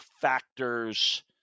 factors